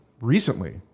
recently